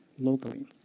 locally